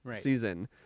season